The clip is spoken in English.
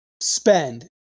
spend